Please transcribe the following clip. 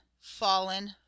fallen